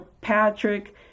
Patrick